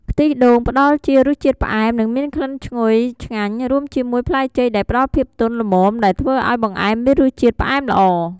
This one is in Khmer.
ខ្ទិះដូងផ្តល់ជារសជាតិផ្អែម និងមានក្លិនឈ្ងុយឆ្ងាញ់ រួមជាមួយផ្លែចេកដែលផ្តល់ភាពទន់ ល្មម ដែលធ្វើឱ្យបង្អែមមានរសជាតិផ្អែមល្អ។